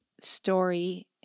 story